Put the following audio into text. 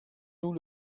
nous